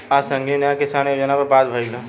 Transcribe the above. आज संघीय न्याय किसान योजना पर बात भईल ह